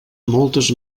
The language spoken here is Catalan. moltes